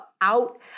out